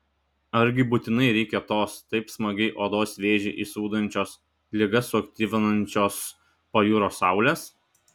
argi būtinai reikia tos taip smagiai odos vėžį įsūdančios ligas suaktyvinančios pajūrio saulės